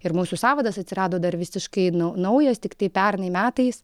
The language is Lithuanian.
ir mūsų sąvadas atsirado dar visiškai naujas tiktai pernai metais